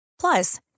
Plus